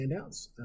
standouts